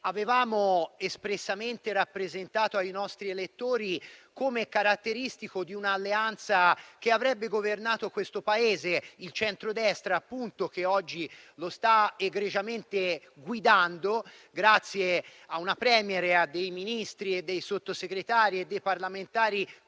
avevamo espressamente rappresentato ai nostri elettori come caratteristico di un'alleanza che avrebbe governato questo Paese, il centrodestra, che oggi lo sta egregiamente guidando grazie a una *Premier*, a Ministri, Sottosegretari e parlamentari